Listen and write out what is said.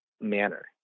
manner